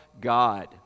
God